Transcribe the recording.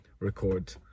record